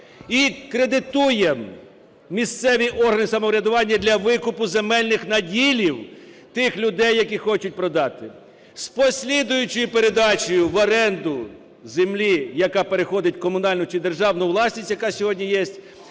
і кредитуємо місцеві органи самоврядування для викупу земельних наділів тих людей, які хочуть продати, з послідуючою передачею в оренду землі, яка переходить в комунальну чи державну власність, яка сьогодні